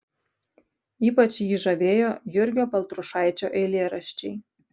ypač jį žavėjo jurgio baltrušaičio eilėraščiai